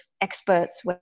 experts